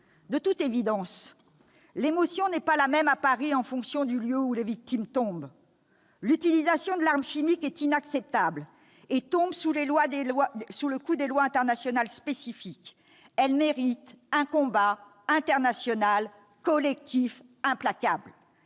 De toute évidence, l'émotion n'est pas la même à Paris selon le lieu où les victimes tombent. L'utilisation de l'arme chimique est inacceptable et tombe sous le coup de lois internationales spécifiques. Elle mérite un combat international collectif implacable.